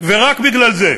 רק בגלל זה,